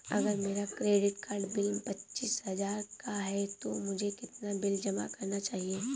अगर मेरा credit card bill पच्चीस हजार का है तो मुझे कितना बिल जमा करना चाहिए?